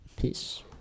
Peace